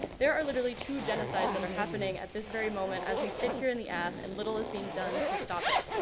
there are literally two genocides that are happening at this very moment as we sit in the ath and little is being done to stop it.